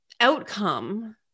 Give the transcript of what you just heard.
Outcome